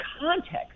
context